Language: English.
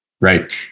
Right